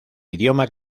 idioma